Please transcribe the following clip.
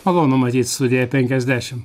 malonu matyt sudija penkiasdešim